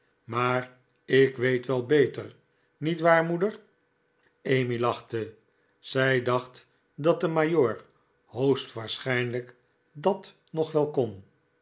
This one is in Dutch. maar ikweet wel beter niet waar moeder emmy lachte zij dacht dat de majoor hoogstwaarschijnlijk dat nog wel